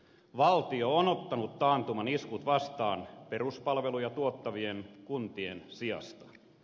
valtio on ottanut taantuman iskut vastaan peruspalveluja tuottavien kuntien sijasta